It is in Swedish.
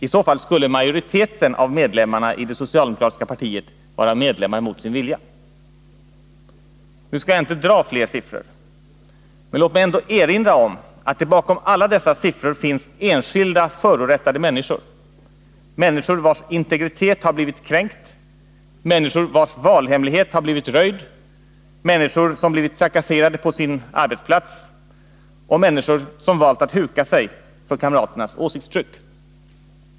I så fall skulle majoriteten av medlemmarna i det socialdemokratiska partiet vara medlemmar mot sin vilja. Nu skall jag inte dra fler siffror. Men låt mig erinra om att det bakom alla dessa siffror finns enskilda, förorättade människor, människor vilkas integritet har blivit kränkt, vilkas valhemlighet har blivit röjd, som blivit trakasserade på sina arbetsplatser och som valt att huka sig för kamraternas åsiktstryck.